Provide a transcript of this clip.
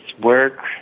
work